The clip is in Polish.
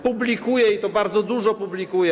Publikuje, i to bardzo dużo publikuje.